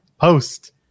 post